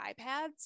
iPads